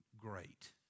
great